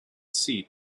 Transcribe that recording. seat